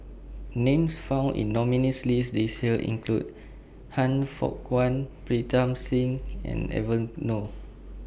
Names found in nominees' list This Year include Han Fook Kwang Pritam Singh and Evon Nor